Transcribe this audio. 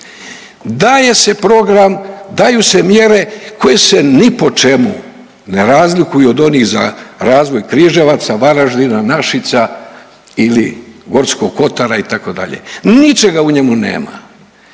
daje se program, daju se mjere koje se ni po čemu ne razliku od onih za razvoj Križevaca, Varaždina, Našica ili Gorskog kotara itd. Ničega u njemu nema.